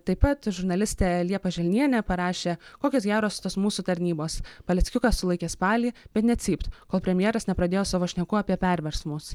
taip pat žurnalistė liepa želnienė parašė kokios geros tos mūsų tarnybos paleckiuką sulaikė spalį bet nė cypt kol premjeras nepradėjo savo šnekų apie perversmus